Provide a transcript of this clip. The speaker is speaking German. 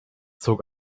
zog